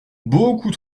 beaucoup